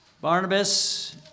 Barnabas